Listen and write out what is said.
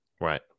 Right